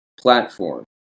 platform